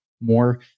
more